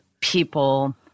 people